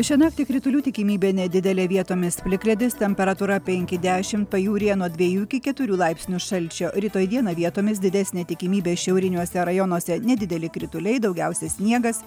šią naktį kritulių tikimybė nedidelė vietomis plikledis temperatūra penki dešim pajūryje nuo dviejų iki keturių laipsnių šalčio rytoj dieną vietomis didesnė tikimybė šiauriniuose rajonuose nedideli krituliai daugiausia sniegas